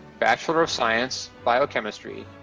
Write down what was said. bachelor of science, biochemistry,